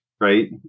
Right